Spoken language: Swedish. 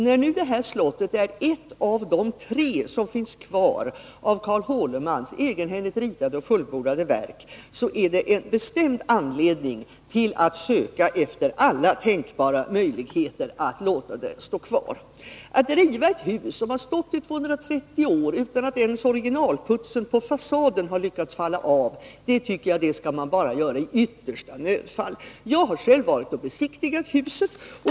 När nu detta slott är ett av tre som finns kvar av Carl Hårlemans egenhändigt ritade och fullbordade verk, finns det verkligen anledning att söka efter tänkbara möjligheter att låta det stå kvar. Att riva ett hus som stått i 230 år utan att ens originalputsen på fasaden fallit av är något man bara skall göra i yttersta nödfall. Jag har själv besiktigat huset.